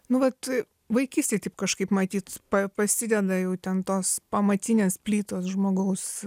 nu vat vaikystėj taip kažkaip matyt pa pasideda jau ten tos pamatinės plytos žmogaus